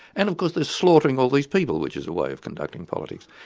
and of course they're slaughtering all these people which is a way of conducting politics.